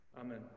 Amen